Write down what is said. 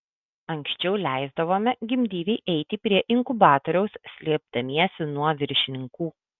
anksčiau leisdavome gimdyvei eiti prie inkubatoriaus slėpdamiesi nuo viršininkų